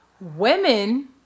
Women